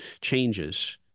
changes